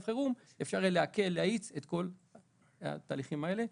חירום אפשר יהיה להאיץ את כל התהליכים האלה.